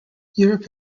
europe